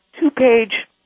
two-page